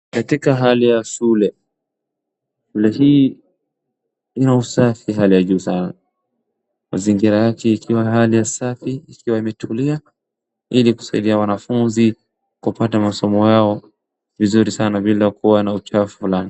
Katika hali ya shule, shule hii ina usafi hali ya juu sana, mazingira yake ikiwa hali ya safi, ikiwa imetulia ili kusaidia wanafunzi kupata masomo yao vizuri sana bila kuwa na uchafu.